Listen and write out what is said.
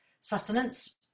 sustenance